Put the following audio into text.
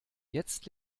jetzt